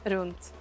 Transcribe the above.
Runt